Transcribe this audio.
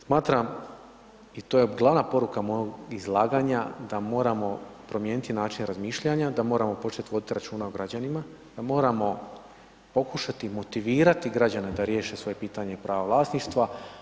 Smatram i to je glavna poruka mog izlaganja, da moramo promijeniti način razmišljanja, da moramo početi voditi računa o građanima, da moramo pokušati motivirati građane da riješe svoje pitanje prava vlasništva.